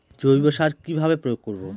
জৈব সার কি ভাবে প্রয়োগ করব?